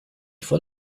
for